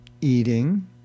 eating